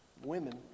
women